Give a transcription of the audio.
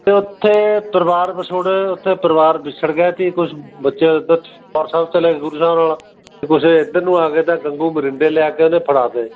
ਅਤੇ ਉੱਥੇ ਪਰਿਵਾਰ ਵਿਛੋੜੇ ਉੱਥੇ ਪਰਿਵਾਰ ਵਿਛੜ ਗਿਆ ਸੀ ਕੁਛ ਬੱਚੇ ਉਧਰ ਚਮਕੌਰ ਸਾਹਿਬ ਚਲੇ ਗੁਰੂ ਸਾਹਿਬ ਨਾਲ ਅਤੇ ਕੁਛ ਏ ਇੱਧਰ ਨੂੰ ਆ ਗਏ ਤਾਂ ਗੰਗੂ ਮਰਿੰਡੇ ਲੈ ਕੇ ਉਹਨੇ ਫੜਾ ਤੇ